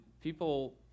people